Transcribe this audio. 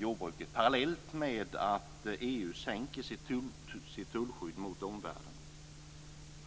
jordbruket parallellt med att EU sänker sitt tullskydd mot omvärlden.